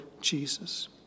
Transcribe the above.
Jesus